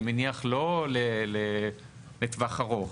אני מניח לא לטוח ארוך?